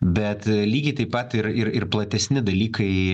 bet lygiai taip pat ir ir ir platesni dalykai